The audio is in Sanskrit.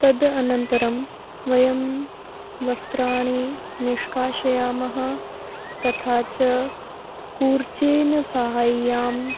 तद् अनन्तरं वयं वस्त्राणि निष्कासयामः तथा च कूर्चेन सहाय्यम्